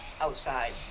outside